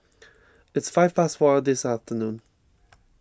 its five past four in the afternoon